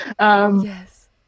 Yes